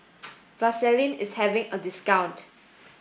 Vaselin is having a discount